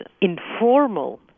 informal